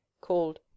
called